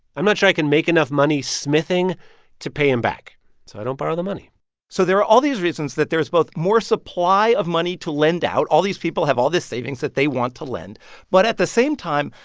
i'm not sure i can make enough money smithing to pay him back, so i don't borrow the money so there are all these reasons that there is both more supply of money to lend out all these people have all this savings that they want to lend but, at the same time,